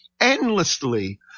endlessly